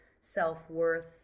self-worth